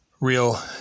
real